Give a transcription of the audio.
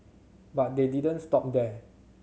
but they didn't stop there